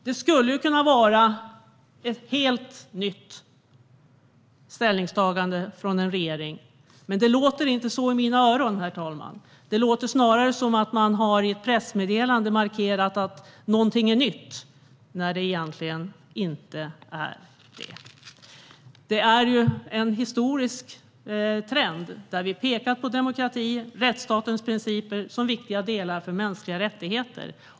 Det skulle kunna vara ett helt nytt ställningstagande från en regering, men det låter inte så i mina öron, herr talman. Det låter snarare som att man i ett pressmeddelande markerat att någonting är nytt när det egentligen inte är det. Det råder en historisk trend där vi pekar på demokrati och rättsstatens principer som viktiga delar för mänskliga rättigheter.